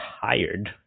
tired